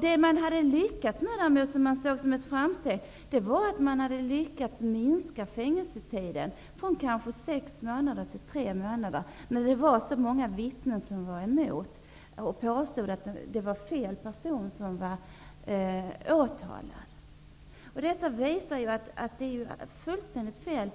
Det som man däremot hade lyckats med, och som man såg som ett framsteg, var att man kunnat minska fängelsetiden från kanske sex månader till tre månader i de fall då det funnits många vittnen som påstod att det var fel person som var åtalad. Dessa exempel visar ju att det egentligen är fullständigt fel